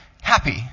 happy